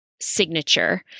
signature